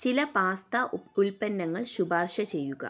ചില പാസ്ത ഉൽപ്പന്നങ്ങൾ ശുപാർശ ചെയ്യുക